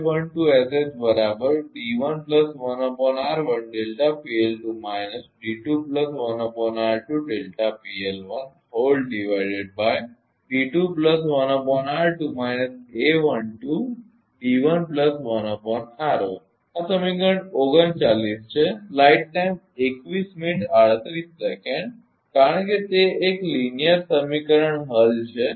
આ સમીકરણ 39 છે કારણ કે તે એક લિનીઅર સમીકરણ હલ છે